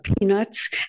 peanuts